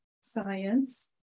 science